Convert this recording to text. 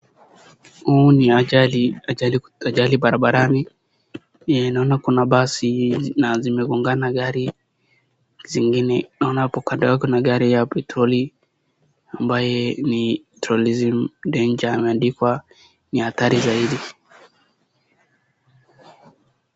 Hii ni ajali barabarani, vile naona kuna basi na zimegongana gari zingine, naona hapo kando yake kuna gari ya petroli ambaye ni danger petroleum imeandikwa ni hatari zaidi.